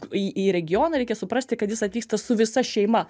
į į regioną reikia suprasti kad jis atvyksta su visa šeima